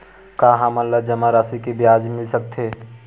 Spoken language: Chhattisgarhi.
का हमन ला जमा राशि से ब्याज मिल सकथे?